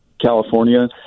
California